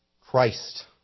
Christ